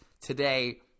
today